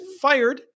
fired